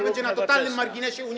będzie na totalnym marginesie Unii.